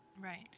Right